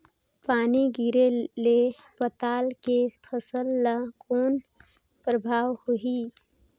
पानी गिरे ले पताल के फसल ल कौन प्रभाव होही?